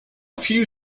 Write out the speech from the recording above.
few